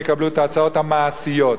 יקבל את ההצעות המעשיות.